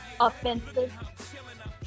offensive